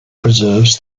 preserves